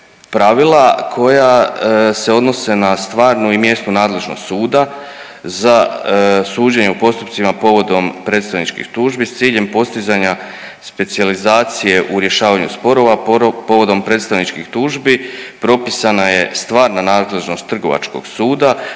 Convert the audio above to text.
pravila koja se odnose na stvarnu i mjesnu nadležnost suda za suđenje u postupcima povodom predstavničkih tužbi s ciljem postizanja specijalizacije u rješavanju sporova povodom predstavničkih tužbi. Propisana je stvarna nadležnost Trgovačkog suda